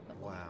Wow